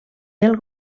del